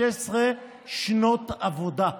16 שנות עבודה,